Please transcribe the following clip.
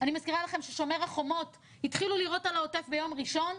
אני מזכירה לכם שבשומר החומות התחילו לירות על העוטף ביום ראשון,